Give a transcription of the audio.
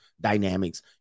dynamics